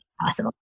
possible